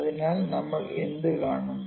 അതിനാൽ നമ്മൾ എന്ത് കാണും